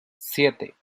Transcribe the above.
siete